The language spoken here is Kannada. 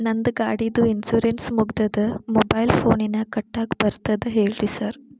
ನಂದ್ ಗಾಡಿದು ಇನ್ಶೂರೆನ್ಸ್ ಮುಗಿದದ ಮೊಬೈಲ್ ಫೋನಿನಾಗ್ ಕಟ್ಟಾಕ್ ಬರ್ತದ ಹೇಳ್ರಿ ಸಾರ್?